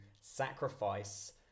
sacrifice